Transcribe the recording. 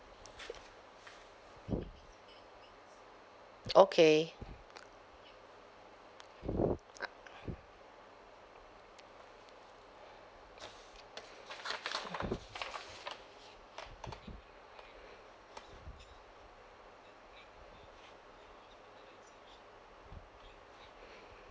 okay